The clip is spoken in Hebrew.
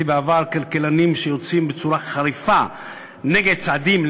אז כלכלנים שיוצאים בצורה חריפה נגד צעדים,